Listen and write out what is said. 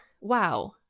wow